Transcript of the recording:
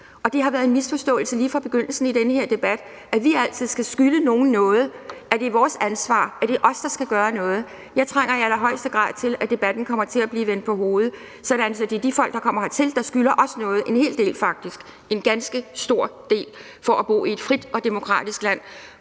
Det har været en misforståelse lige fra begyndelsen i den her debat, nemlig at vi altid skal skylde nogen noget – at det er vores ansvar; at det er os, der skal gøre noget. Jeg trænger i allerhøjeste grad til, at debatten bliver vendt på hovedet, sådan at det er de folk, der kommer hertil, der skylder os noget – en hel del faktisk; en ganske stor del. De skylder os noget for, at de kan